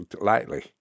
lightly